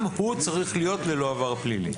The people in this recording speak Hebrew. גם הוא צריך להיות ללא עבר פלילי.